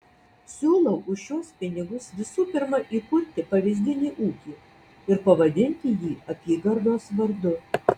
siūlau už šiuos pinigus visų pirma įkurti pavyzdinį ūkį ir pavadinti jį apygardos vardu